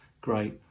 great